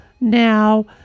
Now